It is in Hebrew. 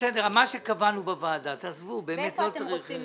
בסדר, מה שקבענו בוועדה, עזבו, לא צריך.